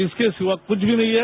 इसके सिवा कुछ भी नहीं है